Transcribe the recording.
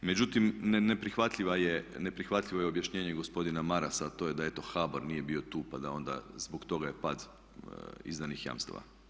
Međutim, neprihvatljivo je objašnjenje gospodina Marasa, a to je da eto HBOR nije bio tu, pa da onda zbog toga je pad izdanih jamstava.